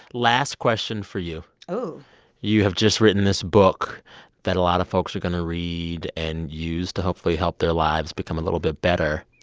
last question for you. ooh you have just written this book that a lot folks are going to read and use to hopefully help their lives become a little bit better.